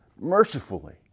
mercifully